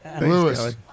Lewis